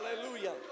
Hallelujah